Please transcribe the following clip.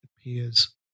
appears